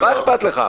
מה אכפת לך?